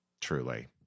Truly